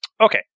Okay